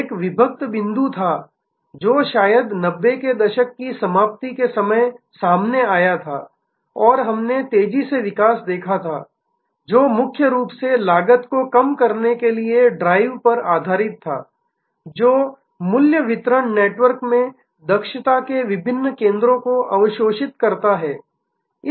एक विभक्ति बिंदु था जो शायद 90 के दशक की समाप्ति के समय सामने आया और हमने तेजी से विकास देखा था जो मुख्य रूप से लागत को कम करने के लिए ड्राइव पर आधारित था जो मूल्य वितरण नेटवर्क में दक्षता के विभिन्न केंद्रों को अवशोषित करता है